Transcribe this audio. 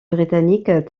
britanniques